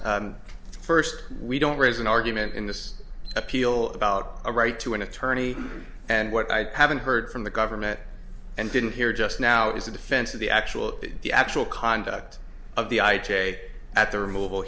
sir first we don't raise an argument in this appeal about a right to an attorney and what i haven't heard from the government and didn't hear just now is a defense of the actual the actual conduct of the ita at the removal